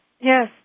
Yes